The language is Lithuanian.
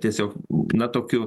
tiesiog na tokiu